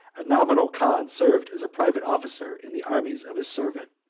a nominal khan served as a private officer in the armies of his servant.